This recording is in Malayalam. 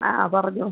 ആ പറഞ്ഞോ